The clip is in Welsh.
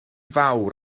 fawr